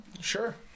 sure